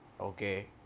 okay